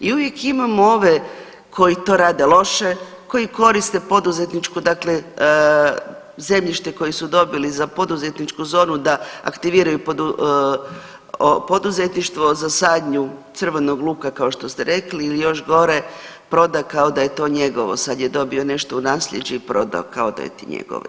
I uvijek imamo ove koji to rede loše, koji koriste poduzetniku dakle zemljište koje su dobili za poduzetničku zonu da aktiviraju poduzetništvo za sadnju crvenog luka kao što ste rekli ili još gore proda kao da je to njegovo, sad je dobio nešto u nasljeđe i prodao kao da je to njegovo.